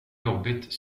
jobbigt